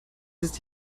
ist